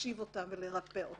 להשיב ולרפא.